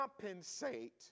compensate